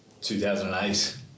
2008